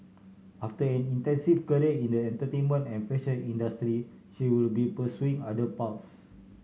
after an extensive career in the entertainment and fashion industry she will be pursuing other paths